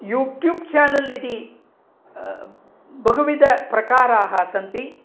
YouTube channel इति बहुविधाः प्रकाराः सन्ति